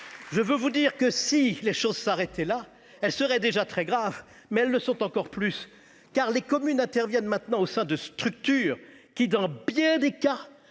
je veux vous dire que, si les choses s'arrêtaient là, elles seraient déjà très graves. Or elles le sont encore plus, car les communes interviennent maintenant au sein de structures qui, dans bien des cas,